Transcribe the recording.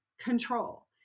control